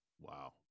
Wow